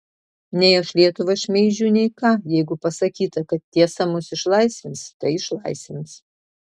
nei aš lietuvą šmeižiu nei ką jeigu pasakyta kad tiesa mus išlaisvins tai išlaisvins